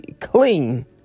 clean